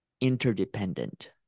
interdependent